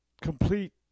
complete